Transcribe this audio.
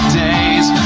days